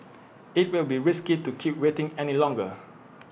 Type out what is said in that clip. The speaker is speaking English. IT will be risky to keep waiting any longer